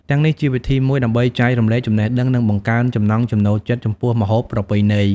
ទាំងនេះជាវិធីមួយដើម្បីចែករំលែកចំណេះដឹង និងបង្កើនចំណង់ចំណូលចិត្តចំពោះម្ហូបប្រពៃណី។